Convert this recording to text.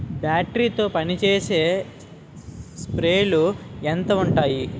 Battery తో పనిచేసే స్ప్రేలు ఎంత ఉంటాయి?